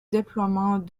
déploiement